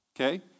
Okay